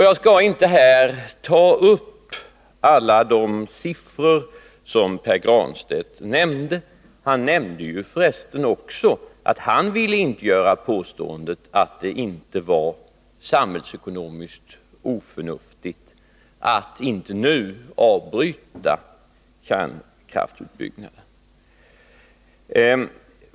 Jag skall inte här ta upp alla de siffror som Pär Granstedt nämnde. Han sade för resten också att han inte ville påstå att det inte var samhällsekonomiskt oförnuftigt att nu avbryta kärnkraftsutbyggnaden.